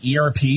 ERP